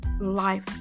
life